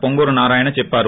వొంగూరు నారాయణ చెప్పారు